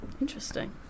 Interesting